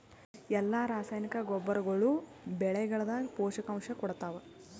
ಎಲ್ಲಾ ರಾಸಾಯನಿಕ ಗೊಬ್ಬರಗೊಳ್ಳು ಬೆಳೆಗಳದಾಗ ಪೋಷಕಾಂಶ ಕೊಡತಾವ?